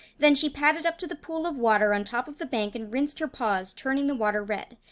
then she padded up to the pool of water on top of the bank and rinsed her paws, turning the water red.